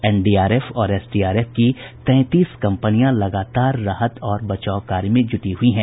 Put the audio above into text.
NDRF और SDRF की तैंतीस कंपनियां लगातार राहत और बचाव कार्य में जुटी हुई हैं